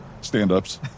Stand-ups